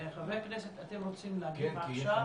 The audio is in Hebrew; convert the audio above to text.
חברי הכנסת, אתם רוצים להגיב עכשיו?